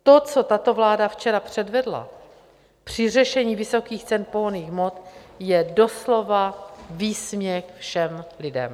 To, co tato vláda včera předvedla při řešení vysokých cen pohonných hmot, je doslova výsměch všem lidem.